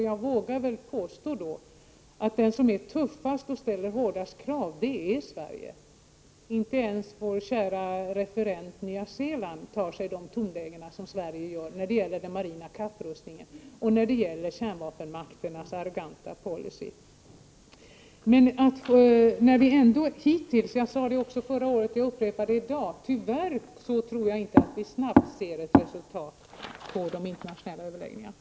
Jag vågar nog påstå att det land som är tuffast och som ställer de hårdaste kraven är just Sverige. Inte ens vår kära referent Nya Zeeland intar samma tonläge som Sverige när det gäller den marina kapprustningen och kärnvapenmakternas arroganta policy. Jag tror tyvärr inte — jag sade det förra året och jag upprepar det i dag — att vi snabbt får se ett resultat av dessa internationella ansträngningar.